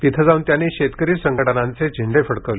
तिथं जाऊन त्यांनी शेतकरी संघटनांचे झेंडे फडकवले